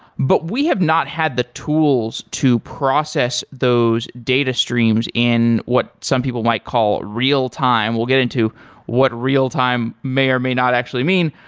but we have not had the tools to process those data streams in what some people might call real time. we'll get into what real time may or may not actually mean.